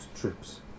Trips